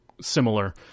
similar